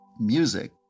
music